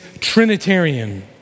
Trinitarian